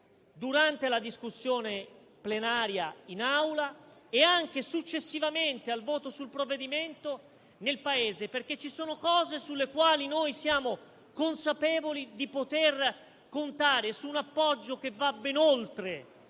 durante la discussione plenaria in Aula e anche, successivamente al voto sul provvedimento, nel Paese, perché ci sono cose sulle quali siamo consapevoli di poter contare su un appoggio che va ben oltre